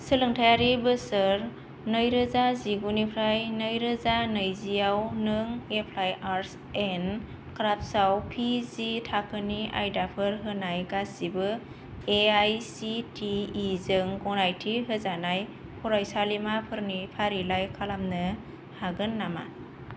सोलोंथायारि बोसोर नैरोजा जिगुनिफ्राय नैरोजा नैजिआव नों एप्लाइड आर्टस एन्ड क्राफ्टसआव पि जि थाखोनि आयदाफोर होनाय गासिबो A I C T E जों गनायथि होजानाय फरायसालिमाफोरनि फारिलाइ खालामनो हागोन नामा